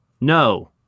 No